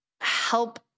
help